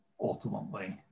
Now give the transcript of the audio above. ultimately